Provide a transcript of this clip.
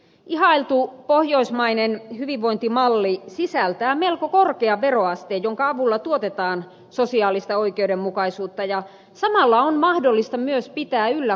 ihailtu pohjoismainen hyvinvointimalli sisältää melko korkean veroasteen jonka avulla tuotetaan sosiaalista oikeudenmukaisuutta ja samalla on mahdollista myös pitää yllä korkeaa työllisyysastetta